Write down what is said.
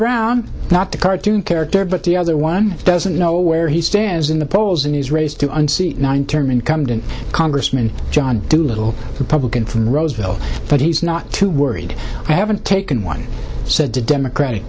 brown not the cartoon character but the other one doesn't know where he stands in the polls in his race to unseat nine term incumbent congressman john doolittle republican from roseville but he's not too worried i haven't taken one said the democratic